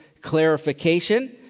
clarification